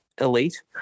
elite